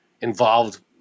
involved